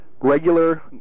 regular